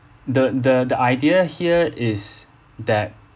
the the the idea here is that